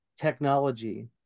technology